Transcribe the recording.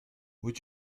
would